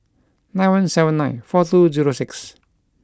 nine one seven nine four two zero six